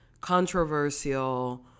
controversial